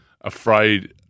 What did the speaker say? afraid